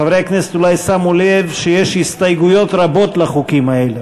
חברי הכנסת אולי שמו לב שיש הסתייגויות רבות לחוקים האלה.